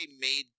made